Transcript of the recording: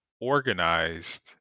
organized